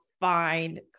find